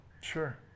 Sure